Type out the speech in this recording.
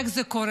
איך זה קורה.